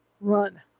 Run